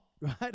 right